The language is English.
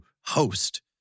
host